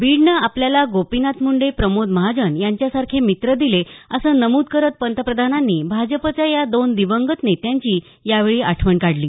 बीडनं आपल्याला गोपीनाथ मुंडे प्रमोद महाजन यांच्यासारखे मित्र दिले असं नमूद करत पंतप्रधानांनी भाजपच्या या दोन दिवंगत नेत्यांची यावेळी आठवण काढली